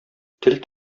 тел